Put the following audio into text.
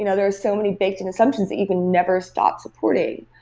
you know there are so many baked-in assumptions that you can never stop supporting.